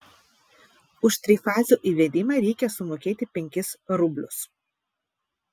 už trifazio įvedimą reikia sumokėti penkis rublius